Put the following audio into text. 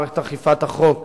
מערכת אכיפת החוק,